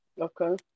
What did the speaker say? okay